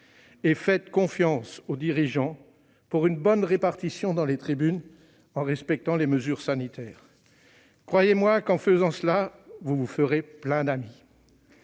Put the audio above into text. ! Faites confiance aux dirigeants pour une bonne répartition dans les tribunes en respectant les mesures sanitaires. Croyez-moi : en faisant cela, vous vous ferez plein d'amis.